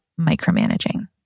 micromanaging